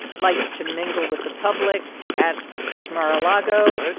likes to mingle with the public at mar-a-lago.